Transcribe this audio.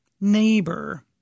neighbor